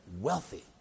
wealthy